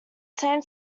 same